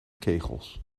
kegels